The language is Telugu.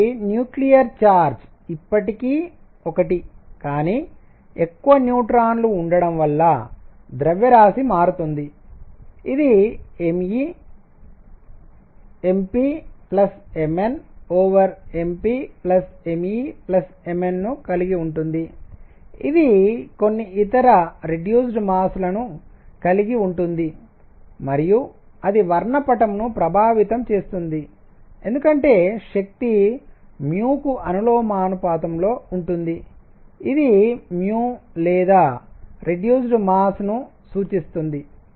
కాబట్టి న్యూక్లియర్ ఛార్జ్ ఇప్పటికీ 1 కానీ ఎక్కువ న్యూట్రాన్లు ఉండడం వల్ల ద్రవ్యరాశి మారుతుంది ఇది m e mp Mn mp me Mn ను కలిగి ఉంటుంది ఇది కొన్నిఇతర రెడ్యూస్డ్ మాస్ లఘుకరణ ద్రవ్యరాశిని కలిగి ఉంటుంది మరియు అది వర్ణపటం ను ప్రభావితం చేస్తుంది ఎందుకంటే శక్తి mu కు అనులోమానుపాతంలో ఉంటుంది ఇది mu లేదా రెడ్యూస్డ్ మాస్ లఘుకరణ ద్రవ్యరాశిని సూచిస్తుంది